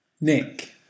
Nick